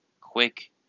quick